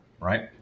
Right